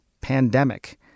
pandemic